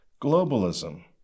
globalism